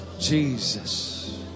Jesus